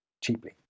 cheaply